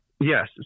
Yes